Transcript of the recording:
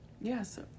Yes